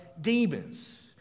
demons